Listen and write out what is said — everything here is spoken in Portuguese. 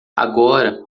agora